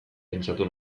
pentsatu